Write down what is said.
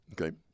Okay